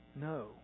no